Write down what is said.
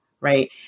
Right